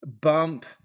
bump